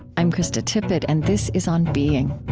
i'm krista tippett, and this is on being